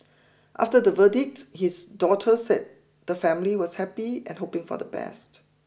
after the verdict his daughter said the family was happy and hoping for the best